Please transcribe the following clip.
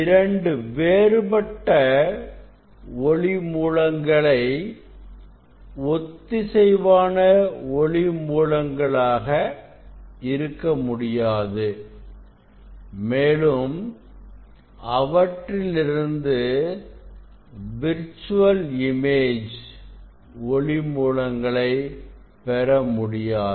இரண்டு வேறுபட்ட ஒளி மூலங்கள் ஒத்திசைவான ஒளி மூலங்களாக இருக்க முடியாது மேலும் அவற்றிலிருந்து விர்ச்சுவல் இமேஜ் ஒளி மூலங்களை பெறமுடியாது